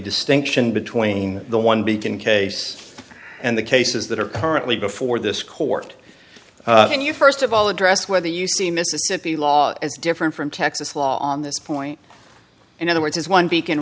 distinction between the one between case and the cases that are currently before this court and you first of all address whether you see mississippi law as different from texas law on this point in other words is one beacon